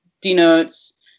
denotes